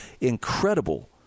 incredible